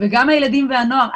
גם לגבי הילדים והנוער,